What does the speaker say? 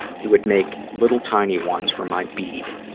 he would make little tiny ones for my bead.